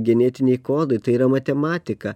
genetiniai kodai tai yra matematika